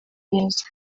neza